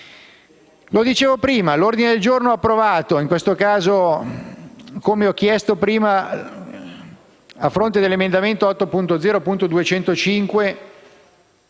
ho detto prima, l'ordine del giorno approvato, in questo caso - come ho chiesto prima a fronte dell'emendamento 8.0.205